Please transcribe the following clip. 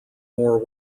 more